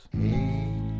Hey